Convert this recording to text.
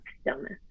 stillness